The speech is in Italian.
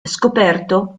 scoperto